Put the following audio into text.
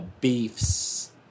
beefs